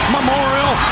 Memorial